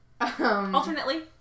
Alternately